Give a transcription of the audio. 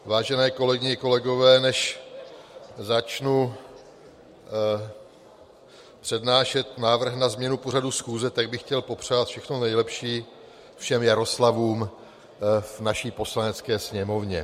Vážené kolegyně, kolegové, než začnu přednášet návrh na změnu pořadu schůze, tak bych chtěl popřát všechno nejlepší všem Jaroslavům v naší Poslanecké sněmovně.